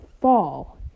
fall